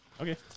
Okay